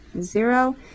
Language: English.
zero